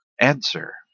answer